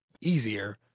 easier